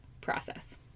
process